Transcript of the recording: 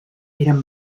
eren